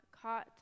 Caught